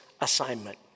assignment